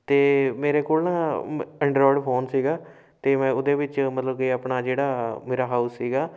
ਅਤੇ ਮੇਰੇ ਕੋਲ ਨਾ ਮ ਐਂਡਰੋਇਡ ਫੋਨ ਸੀਗਾ ਅਤੇ ਮੈਂ ਉਹਦੇ ਵਿੱਚ ਮਤਲਬ ਕਿ ਆਪਣਾ ਜਿਹੜਾ ਮੇਰਾ ਹਾਊਸ ਸੀਗਾ